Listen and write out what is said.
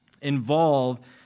involve